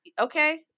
Okay